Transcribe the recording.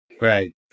right